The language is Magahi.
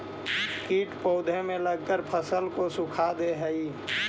कीट पौधे में लगकर फसल को सुखा दे हई